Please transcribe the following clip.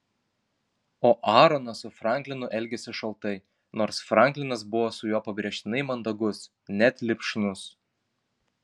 o aaronas su franklinu elgėsi šaltai nors franklinas buvo su juo pabrėžtinai mandagus net lipšnus